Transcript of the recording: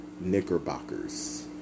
Knickerbockers